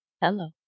Hello